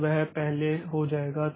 तो वह पहले हो जाएगा